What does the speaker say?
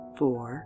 four